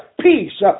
peace